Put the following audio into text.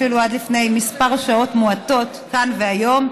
אפילו עד לפני כמה שעות מועטות כאן והיום,